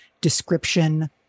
description